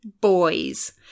boys